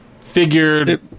figured